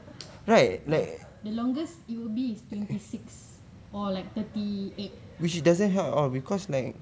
the longest it'll be twenty six or like thirty eight